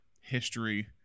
history